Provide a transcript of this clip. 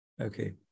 Okay